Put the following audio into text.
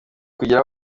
kugira